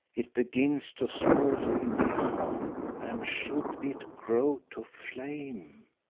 it begins to smoulder in my heart, and should it grow to flame